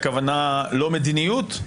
הכוונה ללא מדיניות?